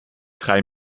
drei